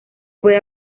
puede